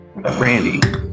Randy